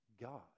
God